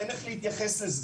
ואין איך להתייחס לזה,